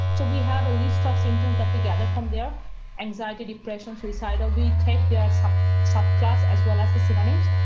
so we have a list of symptoms that we gather from their anxiety depression, suicide, or we take their sub sub class as well as the names.